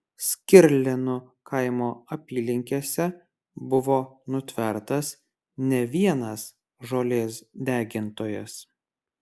skirlėnų kaimo apylinkėse buvo nutvertas ne vienas žolės degintojas